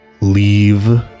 leave